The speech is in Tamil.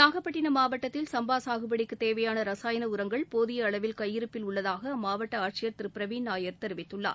நாகப்பட்டினம் மாவட்டத்தில் சம்பா சாகுபடிக்குத் தேவையான ரசாயன உரங்கள் போதிய அளவில் கையிருப்பில் உள்ளதாக அம்மாவட்ட ஆட்சியர் திரு பிரவின் நாயர் தெரிவித்துள்ளார்